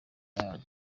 yanyu